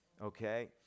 okay